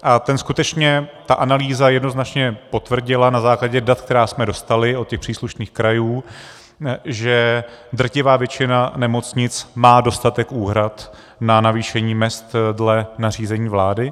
A ten skutečně, ta analýza jednoznačně potvrdila na základě dat, která jsme dostali od těch příslušných krajů, že drtivá většina nemocnic má dostatek úhrad na navýšení mezd dle nařízení vlády.